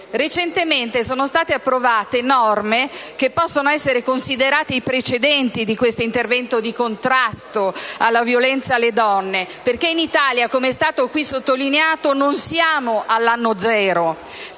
Recentemente sono state approvate norme che possono essere considerate i precedenti di questo intervento di contrasto alla violenza alle donne, perché in Italia, come è stato qui sottolineato, non siamo all'«anno zero».